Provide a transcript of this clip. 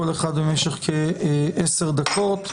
כל אחד במשך כעשר דקות,